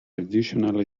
additionally